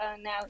now